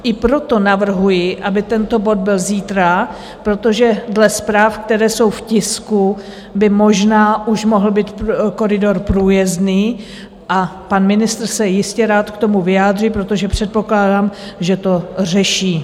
I proto navrhuji, aby tento bod byl zítra, protože dle zpráv, které jsou v tisku, by možná už mohl být koridor průjezdný, a pan ministr se jistě rád k tomu vyjádří, protože předpokládám, že to řeší.